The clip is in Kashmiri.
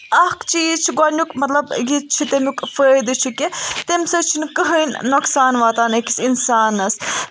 اَکھ چیٖز چھُ گۄڈنِیُک مطلب یہِ تہِ چھُ تَمیُک فٲیدٕ چھُ کہِ تَمہِ سۭتۍ چھُنہٕ کٕہٕنۍ نۄقصان واتان أکِس انسانس